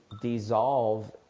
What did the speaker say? dissolve